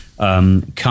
Come